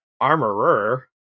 armorer